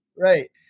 Right